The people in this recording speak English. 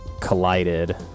collided